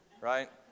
right